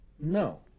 No